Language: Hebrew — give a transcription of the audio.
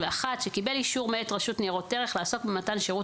שקיבל אישור מאת רשות ניירות ערך לעסוק במתן שירות